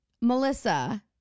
Melissa